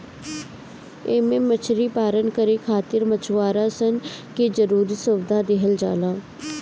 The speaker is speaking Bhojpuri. एमे मछरी पालन करे खातिर मछुआरा सन के जरुरी सुविधा देहल जाला